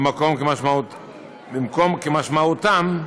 במקום 'כמשמעותם'